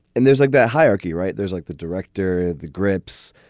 and there's like that hierarchy, right? there's like the director, the grips,